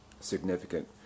significant